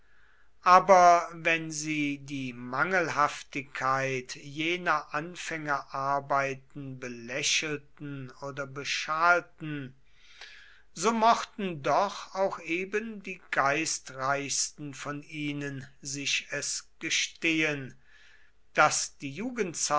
aber wenn sie die mangelhaftigkeit jener anfängerarbeiten belächelten oder beschalten so mochten doch auch eben die geistreichsten von ihnen sich es gestehen daß die